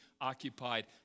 occupied